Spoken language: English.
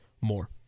more